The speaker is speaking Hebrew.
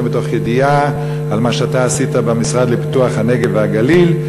אלא מתוך ידיעה על מה שאתה עשית במשרד לפיתוח הנגב והגליל.